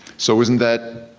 so isn't that